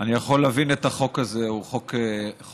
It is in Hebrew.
אני יכול להבין את החוק הזה, הוא חוק הגיוני.